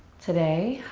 today.